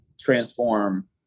transform